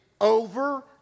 over